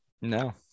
No